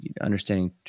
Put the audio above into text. Understanding